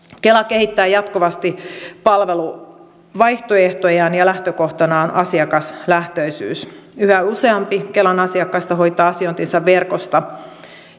kela kehittää jatkuvasti palveluvaihtoehtojaan ja lähtökohtana on asiakaslähtöisyys yhä useampi kelan asiakkaista hoitaa asiointinsa verkossa